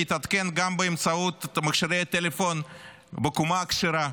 להתעדכן גם באמצעות מכשירי הטלפון בקומה הכשרה,